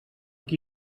qui